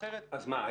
אז מה,